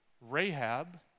Rahab